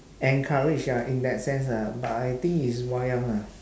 encourage ah in that sense lah but I think it's wayang ah